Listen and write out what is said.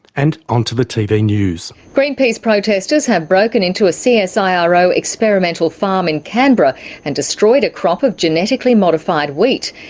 and onto the tv news. greenpeace protestors have broken into ah a ah so ah csiro experimental farm in canberra and destroyed a crop of genetically modified wheat.